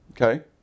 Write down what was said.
Okay